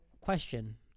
question